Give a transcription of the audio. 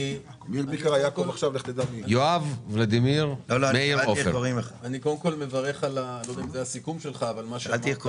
אני, קודם כל, מברך על מה שאמרת.